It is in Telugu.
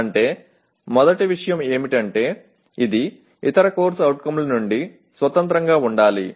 అంటే మొదటి విషయం ఏమిటంటే ఇది ఇతర CO ల నుండి స్వతంత్రంగా ఉండాలి